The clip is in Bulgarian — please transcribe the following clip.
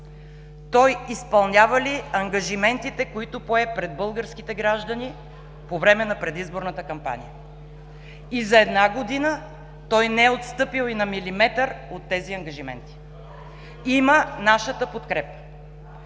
той изпълнява ли ангажиментите, които пое пред българските граждани по време на предизборната кампания? И за една година той не е отстъпил и на милиметър от тези ангажименти. Има нашата подкрепа.